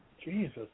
jesus